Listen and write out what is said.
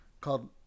called